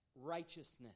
righteousness